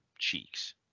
cheeks